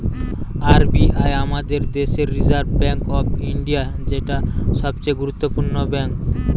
R B I আমাদের দেশের reserve bank of India, যেটা সবচে গুরুত্বপূর্ণ ব্যাঙ্ক